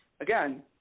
again